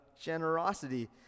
generosity